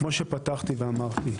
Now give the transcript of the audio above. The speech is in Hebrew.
כמו שפתחתי ואמרתי,